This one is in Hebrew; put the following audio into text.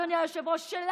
אדוני היושב-ראש,